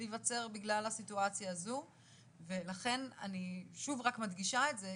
להיווצר בגלל הסיטואציה הזו ולכן אני שוב רק מדגישה את זה,